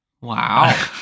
wow